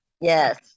Yes